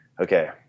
okay